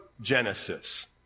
Genesis